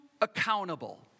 accountable